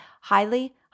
highly